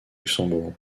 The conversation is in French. luxembourg